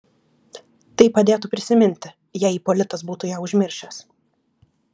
tai padėtų prisiminti jei ipolitas būtų ją užmiršęs